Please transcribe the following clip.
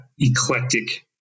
eclectic